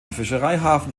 fischereihafen